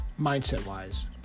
mindset-wise